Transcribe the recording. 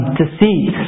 deceit